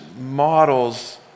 models